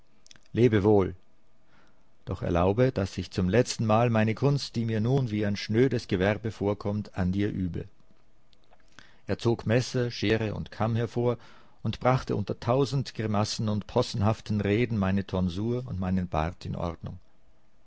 lebe wohl doch erlaube daß ich zum letztenmal meine kunst die mir nun wie ein schnödes gewerbe vorkommt an dir übe er zog messer schere und kamm hervor und brachte unter tausend grimassen und possenhaften reden meine tonsur und meinen bart in ordnung